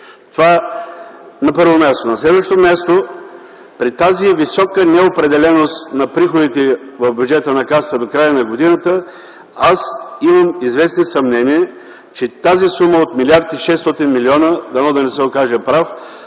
Това, на първо място. На следващо място, при тази висока неопределеност на приходите в бюджета на Касата до края на годината аз имам известни съмнения, че сумата от 1 млрд. 600 млн. лв. - дано да не се окажа прав,